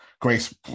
Grace